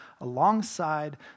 alongside